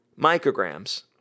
micrograms